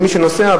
למי שנוסע,